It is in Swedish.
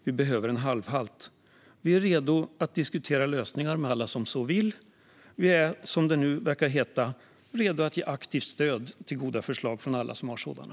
Vi behöver en halvhalt. Vi är redo att diskutera lösningar med alla som så vill. Vi är redo att, som det nu verkar heta, ge aktivt stöd till goda förslag från alla som har sådana.